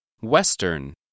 Western